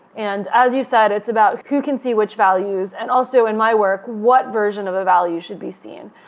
and as you said, it's about who can see which values. and also, in my work, what version of a value should be seen?